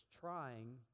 trying